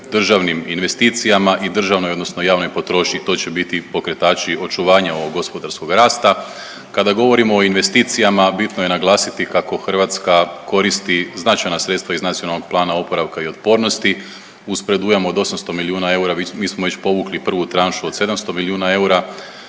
državnim investicijama i državnoj, odnosno javnoj potrošnji i to će biti pokretači očuvanja ovog gospodarskog rasta. Kada govorimo o investicijama bitno je naglasiti kako Hrvatska koristi značajna sredstva iz Nacionalnog plana oporavka i otpornosti uz predujam od 800 milijuna eura mi smo već povukli prvu tranšu od 700 milijuna eura